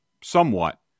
somewhat